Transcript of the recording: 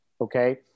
okay